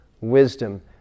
wisdom